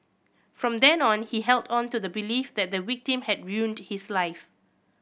from then on he held on to the belief that the victim had ruined his life